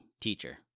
teacher